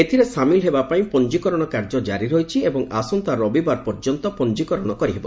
ଏଥିରେ ସାମିଲ ହେବା ପାଇଁ ପଞ୍ଜିକରଣ କାର୍ଯ୍ୟ ଜାରି ରହିଛି ଏବଂ ଆସନ୍ତା ରବିବାର ପର୍ଯ୍ୟନ୍ତ ପଞ୍ଜିକରଣ କରିହେବ